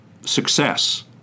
success